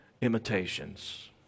imitations